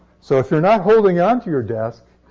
so if you're not holding onto your desk,